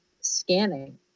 scanning